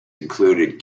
included